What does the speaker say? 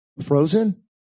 Frozen